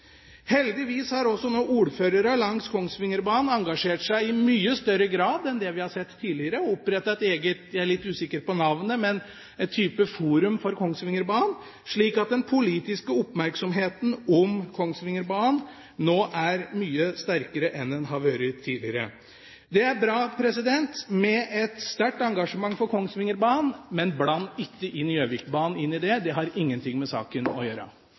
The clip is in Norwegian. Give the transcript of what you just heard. Heldigvis er nå også ordførerne langs Kongsvingerbanen engasjert i mye større grad enn det vi har sett tidligere. De har opprettet – jeg er litt usikker på navnet – et slags forum for Kongsvingerbanen, slik at den politiske oppmerksomheten om Kongsvingerbanen nå er mye sterkere enn den har vært tidligere. Det er bra med et sterkt engasjement for Kongsvingerbanen, men bland ikke Gjøvikbanen inn i det. Det har ingenting med saken å gjøre.